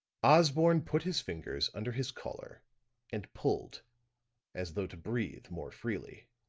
osborne put his fingers under his collar and pulled as though to breathe more freely